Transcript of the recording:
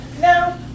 No